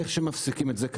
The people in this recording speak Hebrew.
איך מפסיקים את זה.